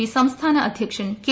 P സംസ്ഥാന അധ്യക്ഷൻ K